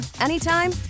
anytime